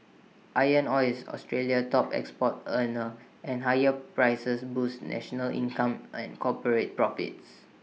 iron ore is Australia's top export earner and higher prices boosts national income and corporate profits